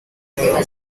umbrella